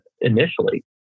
initially